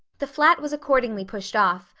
the flat was accordingly pushed off,